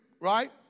right